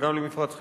וגם למפרץ חיפה.